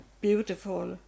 beautiful